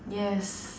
yes